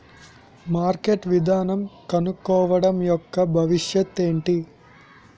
Marketing విధానం కనుక్కోవడం యెక్క భవిష్యత్ ఏంటి?